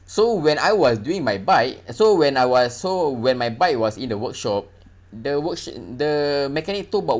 so when I was doing my bike so when I was so when my bike was in the workshop the worksh~ the mechanic took about